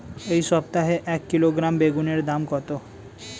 এই সপ্তাহে এক কিলোগ্রাম বেগুন এর দাম কত?